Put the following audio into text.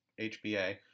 HBA